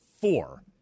four